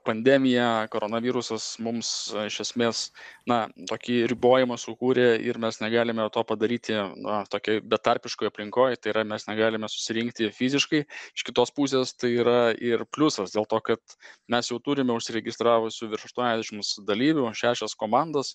pandemija koronavirusas mums iš esmės na tokį ribojimą sukūrė ir mes negalime to padaryti na tokioj betarpiškoj aplinkoj tai yra mes negalime susirinkti fiziškai iš kitos pusės tai yra ir pliusas dėl to kad mes jau turime užsiregistravusių virš aštuoniasdešims dalyvių šešios komandos